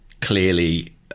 Clearly